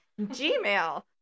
Gmail